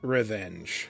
Revenge